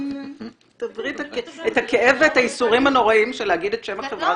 את הכאב ואת הייסורים הנוראיים שלהגיד את שם החברה --- לא,